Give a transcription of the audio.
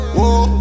Whoa